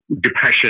depression